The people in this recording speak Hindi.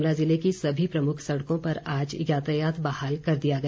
शिमला ज़िला की सभी प्रमुख सड़कों पर आज यातायात बहाल कर दिया गया